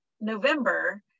November